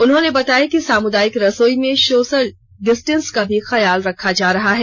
उन्होंने बताया कि सामुदायिक रसोई में सोशल डिस्टेंस का भी ख्याल रखा जा रहा है